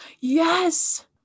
Yes